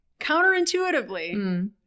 counterintuitively